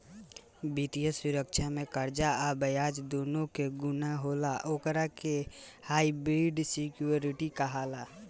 वित्तीय सुरक्षा में कर्जा आ ब्याज दूनो के गुण होला ओकरा के हाइब्रिड सिक्योरिटी कहाला